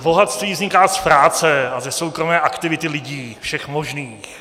Bohatství vzniká z práce a ze soukromé aktivity lidí, všech možných.